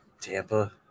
Tampa